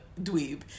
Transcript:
dweeb